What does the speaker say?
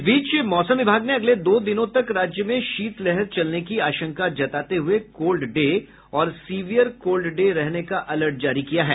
इस बीच मौसम विभाग ने अगले दो दिनों तक राज्य में शीतलहर चलने की आंशका जताते हुये कोल्ड डे और सीवियर कोल्ड डे रहने का अलर्ट जारी किया है